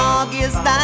August